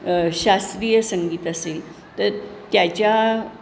शास्त्रीय संगीत असेल तर त्याच्या